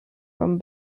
from